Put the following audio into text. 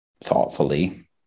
thoughtfully